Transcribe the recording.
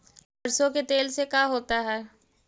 सरसों के तेल से का होता है?